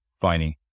finding